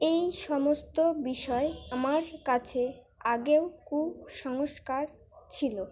এই সমস্ত বিষয় আমার কাছে আগেও কুসংস্কার ছিল